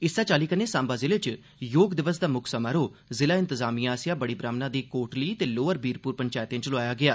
इस्सै चाल्ली सांबा जिले च योग दिवस दा मुक्ख समारोह जिला इंतजामिया आसेआ बड़ी ब्राह्मणा दी कोटली ते लोअर बीरपुर पंचैतें च लोआया गेआ